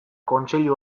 kontseilu